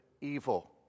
evil